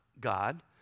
God